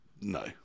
no